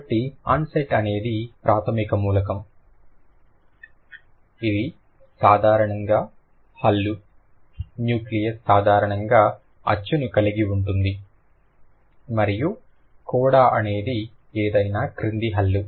కాబట్టి ఆన్సెట్ అనేది ప్రాథమిక మూలకం ఇది సాధారణంగా హల్లు న్యూక్లియస్ సాధారణంగా అచ్చును కలిగి ఉంటుంది మరియు కోడా అనేది ఏదైనా క్రింది హల్లు